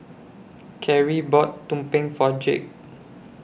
Carie bought Tumpeng For Jake